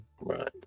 Right